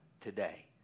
today